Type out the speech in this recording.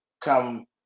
come